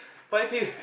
fighting